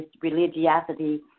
religiosity